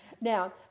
Now